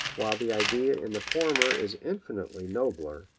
while the idea in the former is infinitely nobler,